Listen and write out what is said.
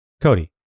Cody